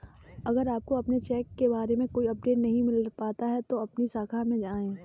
अगर आपको अपने चेक के बारे में कोई अपडेट नहीं मिल पाता है तो अपनी शाखा में आएं